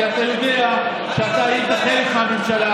כי אתה יודע שאתה היית חלק מהממשלה.